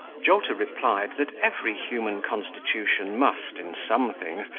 jolter replied, that every human constitution must, in some things,